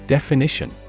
Definition